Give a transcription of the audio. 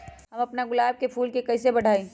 हम अपना गुलाब के फूल के कईसे बढ़ाई?